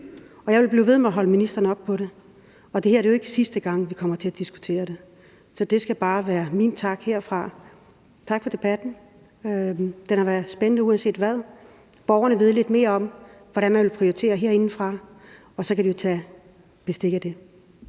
Jeg vil blive ved med at holde ministeren op på det, og det er jo ikke sidste gang, vi kommer til at diskutere det her. Det skal bare være min tak herfra. Tak for debatten. Den har været spændende, uanset hvad man synes. Borgerne ved lidt mere om, hvordan man vil prioritere herindefra, og så kan de jo tage bestik af det.